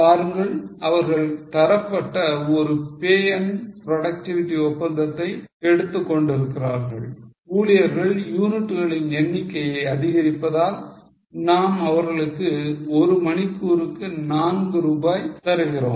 பாருங்கள் அவர்கள் தரப்பட்ட ஒரு pay and productivity ஒப்பந்தத்தை எடுத்துக் கொண்டிருக்கிறார்கள் ஊழியர்கள் யூனிட்டுகளின் எண்ணிக்கையை அதிகரிப்பதால் நாம் அவர்களுக்கு ஒரு மணிகூறுக்கு 4 ரூபாய் தருகிறோம்